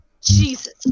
Jesus